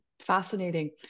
Fascinating